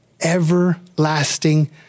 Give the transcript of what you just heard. everlasting